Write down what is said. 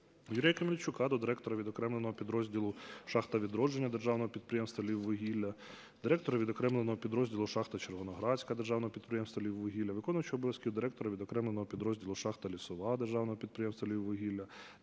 Юрія Камельчука до директора відокремленого підрозділу "Шахта "Відродження" Державного підприємства "Львіввугілля", директора відокремленого підрозділу "Шахта "Червоноградська" Державного підприємства "Львіввугілля", виконувача обов'язків директора відокремленого підрозділу "Шахта "Лісова" Державного підприємства "Львіввугілля",